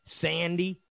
Sandy